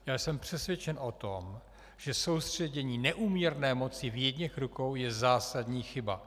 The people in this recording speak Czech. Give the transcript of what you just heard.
Já jsem přesvědčen o tom, že soustředění neúměrné moci v jedněch rukou je zásadní chyba.